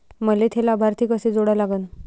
मले थे लाभार्थी कसे जोडा लागन?